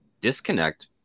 disconnect